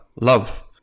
love